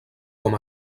com